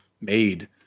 made